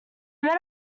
met